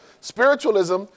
spiritualism